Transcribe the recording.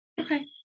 Okay